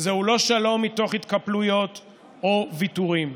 זהו לא שלום מתוך התקפלויות או ויתורים.